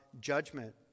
judgment